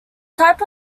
type